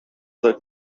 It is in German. seit